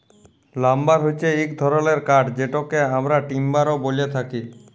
lumber হচ্যে এক ধরলের কাঠ যেটকে আমরা টিম্বার ও ব্যলে থাকি